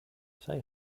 say